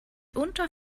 unter